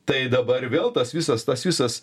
tai dabar vėl tas visas tas visas